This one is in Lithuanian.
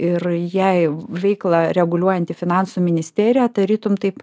ir jai veiklą reguliuojanti finansų ministerija tarytum taip